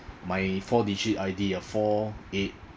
my four digit I_D uh four eight